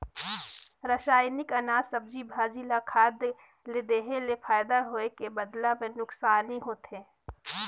रसइनिक अनाज, सब्जी, भाजी ल खाद ले देहे ले फायदा होए के बदला मे नूकसानी होथे